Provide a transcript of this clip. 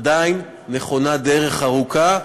עדיין נכונה דרך ארוכה,